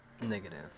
negative